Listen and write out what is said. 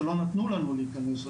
שלא נתנו לנו להיכנס,